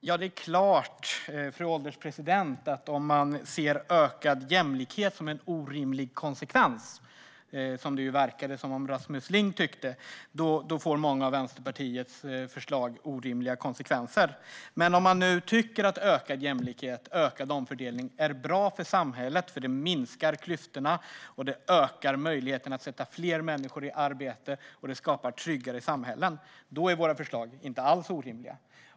Fru ålderspresident! Det är klart att om man ser ökad jämlikhet som en orimlig konsekvens, som det verkade som om Rasmus Ling tyckte, då får många av Vänsterpartiets förslag orimliga konsekvenser. Men om man nu tycker att ökad jämlikhet och ökad omfördelning är bra för samhället, eftersom det minskar klyftorna och ökar möjligheterna att sätta fler människor i arbete vilket skapar tryggare samhällen, då är våra förslag inte alls orimliga.